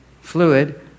fluid